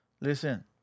Listen